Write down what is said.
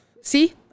See